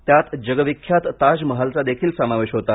त्यात जगविख्यात ताज महालचा ही समावेश होता